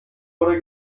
oder